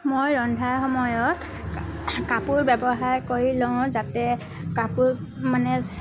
মই ৰন্ধাৰ সময়ত কাপোৰ ব্যৱহাৰ কৰি লওঁ যাতে কাপোৰ মানে